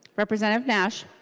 representative nash